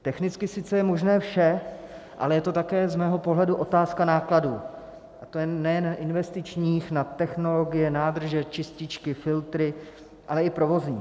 Technicky sice je možné vše, ale je to také z mého pohledu otázka nákladů, a to nejen investičních na technologie, nádrže, čističky, filtry, ale i provozních.